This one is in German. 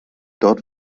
dort